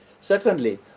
Secondly